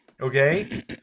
Okay